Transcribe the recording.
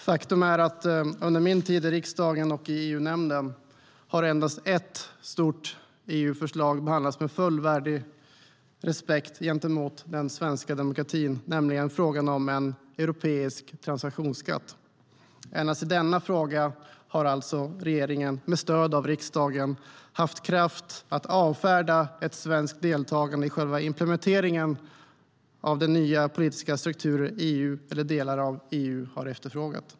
Faktum är att under min tid i riksdagen och i EU-nämnden har endast ett stort EU-förslag behandlats med fullvärdig respekt för den svenska demokratin, nämligen frågan om en europeisk transaktionsskatt. Endast i denna fråga har alltså regeringen med stöd av riksdagen haft kraft att avfärda ett svenskt deltagande i själva implementeringen av de nya politiska strukturer som EU eller delar av EU har efterfrågat.